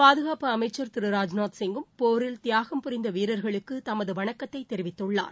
பாதுகாப்பு அமைச்சர் திரு ராஜ்நாத் சிங்கும் போரில் தியாகம் புரிந்த வீரர்களுக்கு தமது வணக்கத்தை தெரிவித்துள்ளார்